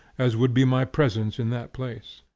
as would be my presence in that place.